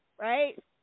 right